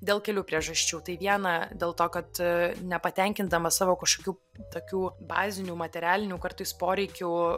dėl kelių priežasčių tai viena dėl to kad nepatenkindamas savo kažkokių tokių bazinių materialinių kartais poreikių